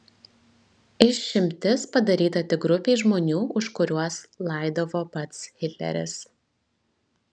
išimtis padaryta tik grupei žmonių už kuriuos laidavo pats hitleris